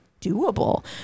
doable